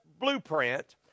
blueprint